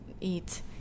eat